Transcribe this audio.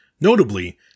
notably